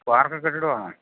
വാർക്കക്കെട്ടിടമാണോ